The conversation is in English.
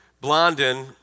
Blondin